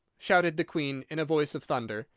shouted the queen in a voice of thunder,